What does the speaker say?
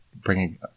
bringing